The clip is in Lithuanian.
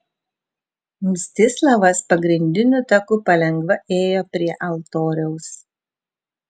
mstislavas pagrindiniu taku palengva ėjo prie altoriaus